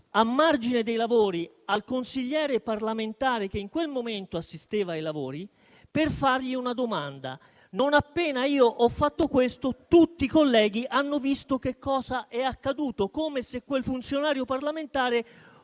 a margine dei lavori, al consigliere parlamentare che in quel momento assisteva ai lavori per fargli una domanda. Non appena io ho fatto questo tutti i colleghi hanno visto che cosa è accaduto. Come se quel funzionario parlamentare